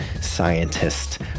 scientist